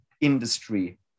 industry